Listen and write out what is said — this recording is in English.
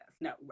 No